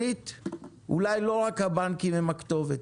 שנית, אולי לא רק הבנקים הם הכתובת.